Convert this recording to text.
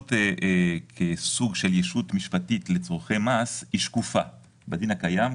שותפות כסוג של ישות משפטית לצורכי מס היא שקופה בדין הקיים,